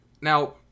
Now